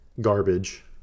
garbage